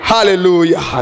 Hallelujah